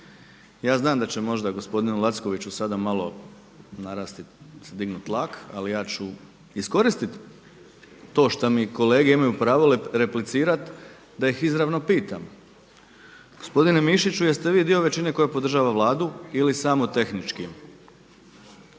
Ja znam da će možda gospodinu Lackoviću sada malo narasti, se dignuti tlak ali ja ću iskoristiti to što mi kolege imaju pravo replicirati da ih izravno pitam. Gospodine Mišiću jest li vi dio većine koja podržava Vladu ili samo tehnički?